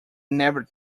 never